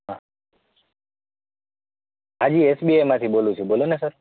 હા હા જી એસબીઆઈમાંથી બોલું છું બોલો ને સર